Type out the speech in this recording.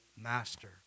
Master